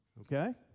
Okay